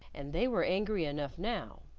and they were angry enough now,